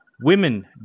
Women